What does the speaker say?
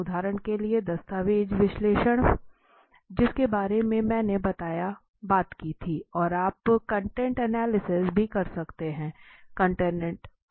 उदाहरण के लिए दस्तावेज़ विश्लेषण जिसके बारे में मैंने बात की थी और आप कंटेंट एनालिसिस भी कर सकते हैं